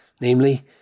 namely